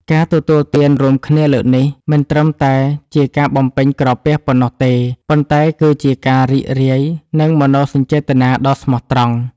ការទទួលទានរួមគ្នាលើកនេះ មិនត្រឹមតែជាការបំពេញក្រពះប៉ុណ្ណោះទេ ប៉ុន្តែគឺជាការរីករាយនឹងមនោសញ្ចេតនាដ៏ស្មោះត្រង់។